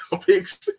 picks